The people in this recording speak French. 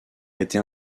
été